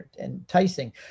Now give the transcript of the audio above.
enticing